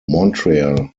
montreal